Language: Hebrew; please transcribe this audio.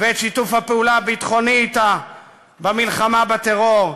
ואת שיתוף הפעולה הביטחוני אתה במלחמה בטרור,